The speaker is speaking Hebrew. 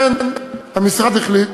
אכן, המשרד החליט